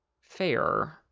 fair